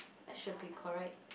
that should be correct